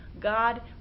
God